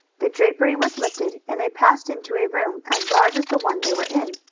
the drapery was lifted and they passed into a room as large as the one they were in.